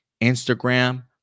Instagram